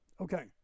Okay